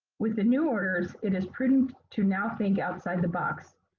with the new orders, it is prudent to now think outside the box.